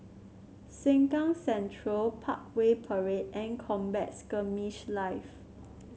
Sengkang Central Parkway Parade and Combat Skirmish Live